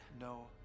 No